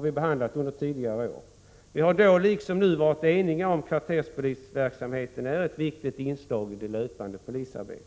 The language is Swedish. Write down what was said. vi behandlat under tidigare år, och vi har då liksom nu varit eniga om att kvarterspolisverksamheten är ett viktigt inslag i det löpande polisarbetet.